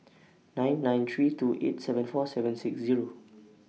nine nine three two eight seven four seven six Zero